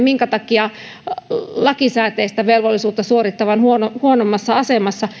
minkä takia lakisääteistä velvollisuutta suorittava on huonommassa asemassa